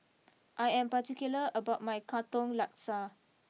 I am particular about my Katong Laksa